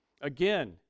Again